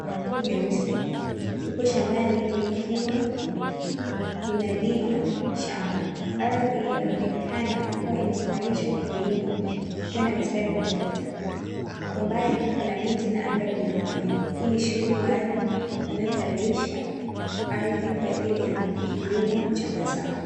makubwa meusi lipo shambani likiwa linalima shamba, ardhi inaonekana kuwa imetaarishwa kilimo ikiwa na mistari ya matuta, kwa mbali kuna miti na anga lina mawingu hii ni shughuli maalumu inayotayarisha ardhi kwa ajili kilimo cha mazao.